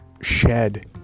Shed